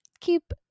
keep